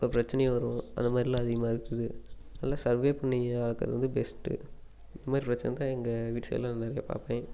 அப்போ பிரச்சினையும் வரும் அந்த மாதிரிலாம் அதிகமாக இருக்குது அதனால சர்வே பண்ணி அளக்கிறது வந்து பெஸ்ட்டு இது மாதிரி பிரச்சினைதான் எங்கள் வீட்டு சைடில் நான் நிறையா பார்ப்பேன்